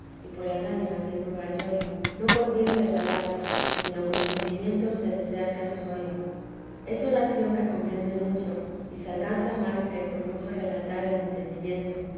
y por las ánimas del purgatorio no con ruido de palabras sino con sentimientos de desear que nos oya es oración que comprende mucho y se alcanza más que por mucho relatar el entendimiento